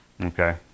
Okay